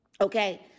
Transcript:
Okay